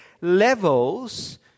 levels